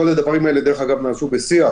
דרך אגב, כל הדברים האלה נעשו בשיח